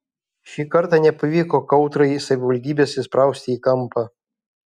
šį kartą nepavyko kautrai savivaldybės įsprausti į kampą